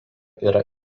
yra